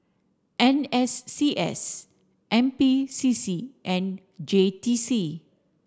N S C S N P C C and J T C